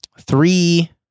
three